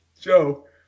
Joe